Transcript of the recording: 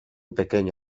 pequeña